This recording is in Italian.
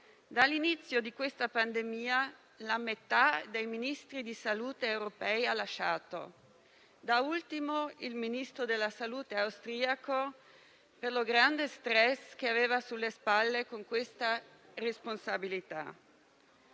dall'inizio di questa pandemia la metà dei Ministri della salute europei ha lasciato - da ultimo il Ministro della salute austriaco - per il grande stress che aveva sulle spalle a causa della propria responsabilità.